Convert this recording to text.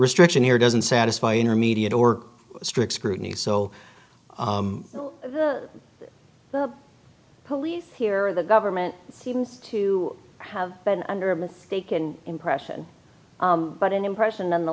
restriction here doesn't satisfy intermediate or strict scrutiny so the police here the government seems to have been under a mistaken impression but an impression on the